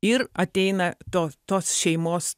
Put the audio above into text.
ir ateina to tos šeimos